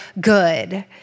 good